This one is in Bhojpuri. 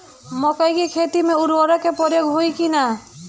मकई के खेती में उर्वरक के प्रयोग होई की ना?